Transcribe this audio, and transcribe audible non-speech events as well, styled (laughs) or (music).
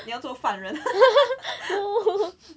你要做凡人 (laughs)